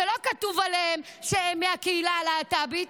שלא כתוב עליהם שהם מהקהילה הלהט"בית,